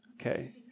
okay